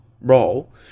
role